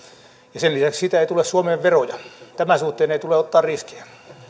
ja sen lisäksi siitä ei tule suomeen veroja tämän suhteen ei tule ottaa riskiä